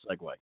segue